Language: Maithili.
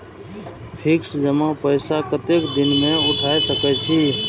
फिक्स जमा पैसा कतेक दिन में उठाई सके छी?